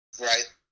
Right